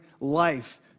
life